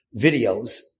videos